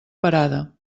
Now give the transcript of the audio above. parada